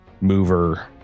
mover